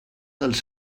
dels